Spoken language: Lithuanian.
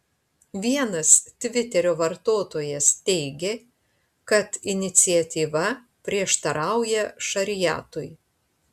vienas tviterio vartotojas teigė kad iniciatyva prieštarauja šariatui